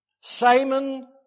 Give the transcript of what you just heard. Simon